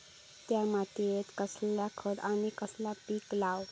त्या मात्येत कसला खत आणि कसला पीक लाव?